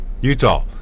Utah